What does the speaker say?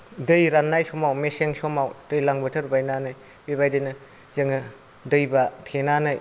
दै राननाय समाव मेसें समाव दैज्लां बोथोर बायनानै बेबायदिनो जोङो दैमा थेनानै